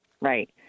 right